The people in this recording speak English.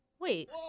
Wait